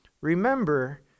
remember